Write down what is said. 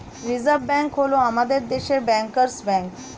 reserve bank হল আমাদের দেশের ব্যাঙ্কার্স ব্যাঙ্ক